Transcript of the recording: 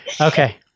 Okay